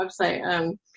website